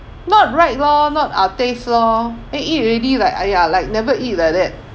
not right lor not our taste lor eh eat already like !aiya! like never eat like that